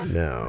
no